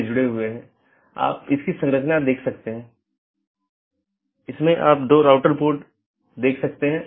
इसलिए एक multihome agent autonomous सिस्टमों के प्रतिबंधित सेट के लिए पारगमन कि तरह काम कर सकता है